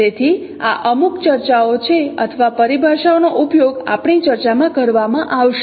તેથી આ અમુક ચર્ચાઓ છે અથવા પરિભાષાઓનો ઉપયોગ આપણી ચર્ચામાં કરવામાં આવશે